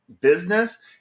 Business